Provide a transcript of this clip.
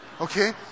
Okay